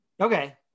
okay